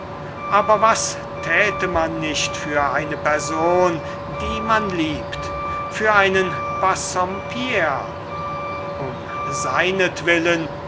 aber was täte man nicht für eine person die man liebt und für einen bassompierre um